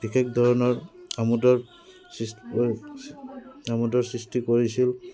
বিশেষ ধৰণৰ আমোদৰ সৃ আমোদৰ সৃষ্টি কৰিছিল